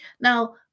Now